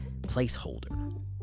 placeholder